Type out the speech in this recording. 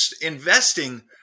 Investing